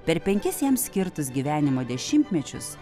per penkis jam skirtus gyvenimo dešimtmečius